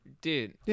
dude